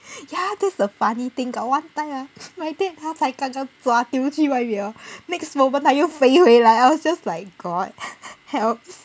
ya that's the funny thing got one time ah my dad 他才刚刚抓丢去外面 hor next moment 它又飞回来 I was just like god helps